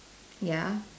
ya